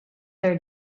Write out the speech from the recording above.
their